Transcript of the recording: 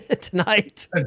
tonight